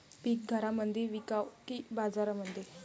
पीक घरामंदी विकावं की बाजारामंदी?